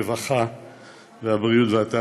הרווחה והבריאות.